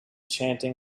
chanting